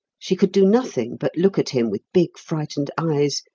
she could do nothing but look at him with big, frightened eyes,